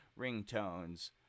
ringtones